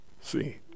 See